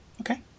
okay